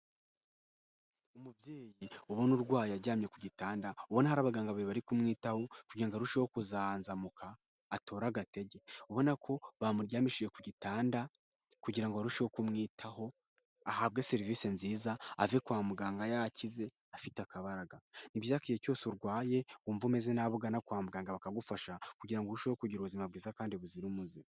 Umubyeyi ubona urwaye aryamye ku gitanda, ubona hari abaganga babiri bari kumwitaho kugirango arusheho kuzanzamuka atora agatege, ubona ko bamuryamishije ku gitanda kugira ngo barusheho kumwitaho ahabwe serivisi nziza, ave kwa muganga yakize afite akabaraga. Ni byiza ko igihe cyose urwaye wumva umeze nabi ugana kwa muganga bakagufasha kugira ngo urusheho kugira ubuzima bwiza kandi buzira umuze.